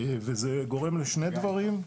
וזה גורם לשני דברים,